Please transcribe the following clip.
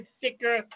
thicker